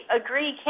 agree